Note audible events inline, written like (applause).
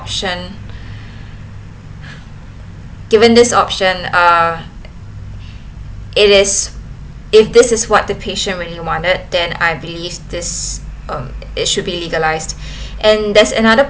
option (breath) given this option uh it is if this is what the patient when you want it then I believe this um it should be legalised (breath) and there's another